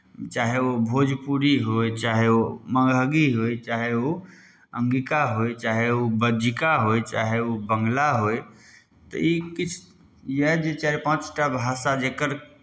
चाहे ओ भोजपुरी होय चाहे ओ मगही होय चाहे ओ अङ्गिका होय चाहे ओ बज्जिका होय चाहे ओ बङ्गला होय तऽ ई किछु यए जे चारि पाँच टा भाषा जकर